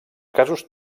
casos